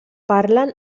parlen